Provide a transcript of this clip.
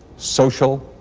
social,